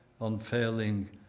unfailing